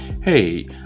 Hey